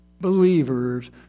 believers